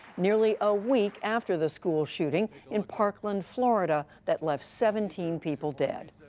nearly a week after the school shooting in parkland, florida, that left seventeen people dead.